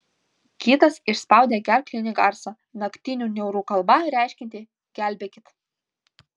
kitas išspaudė gerklinį garsą naktinių niaurų kalba reiškiantį gelbėkit